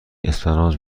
اسفناج